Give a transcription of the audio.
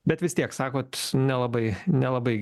bet vis tiek sakot nelabai nelabai